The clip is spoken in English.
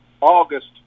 August